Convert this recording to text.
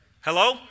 Hello